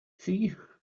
see